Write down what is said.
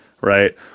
right